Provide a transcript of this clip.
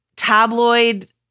tabloid